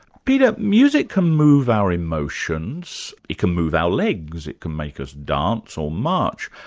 peter, music can move our emotions, it can move our legs, it can make us dance or march,